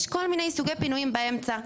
יש כל מיני סוגי פינויים באמצע.